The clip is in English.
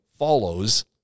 follows